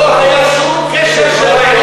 לא היה שום קשר.